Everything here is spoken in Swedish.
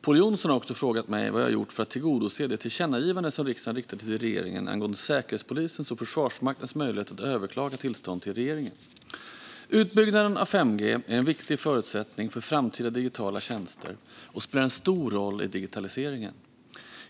Pål Jonson har också frågat mig vad jag har gjort för att tillgodose det tillkännagivande som riksdagen riktade till regeringen angående Säkerhetspolisens och Försvarsmaktens möjligheter att överklaga tillstånd till regeringen. Utbyggnaden av 5G är en viktig förutsättning för framtida digitala tjänster och spelar en stor roll i digitaliseringen.